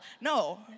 No